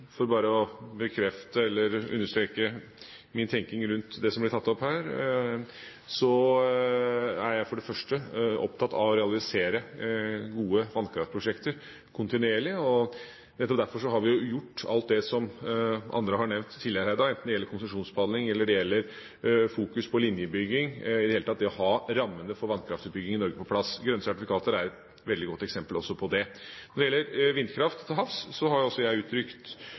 for bare å bekrefte eller understreke min tenkning rundt det som ble tatt opp her: Jeg er for det første opptatt av å realisere gode vannkraftprosjekter kontinuerlig, og nettopp derfor har vi gjort alt det som andre har nevnt tidligere her i dag, enten det gjelder konsesjonsbehandling eller det gjelder fokus på linjebygging – i det hele tatt det å ha rammene for vannkraftutbygging i Norge på plass. Grønne sertifikater er et veldig godt eksempel også på det. Når det gjelder vindkraft til havs, har også jeg